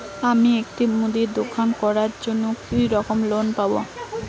আমি একটি মুদির দোকান করার জন্য কি রকম লোন পাব?